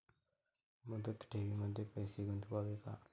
मुदत ठेवींमध्ये पैसे गुंतवावे का?